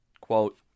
Quote